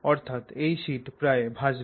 অর্থাৎ এই শিট প্রায় ভাসবে